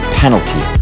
penalty